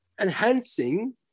enhancing